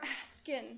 asking